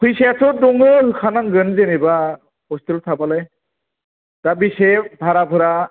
फैसायाथ' दङ होखानांगोन जेनेबा ह'स्टेल थाबालाय दा बेसे बाह्राफोरा